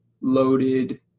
loaded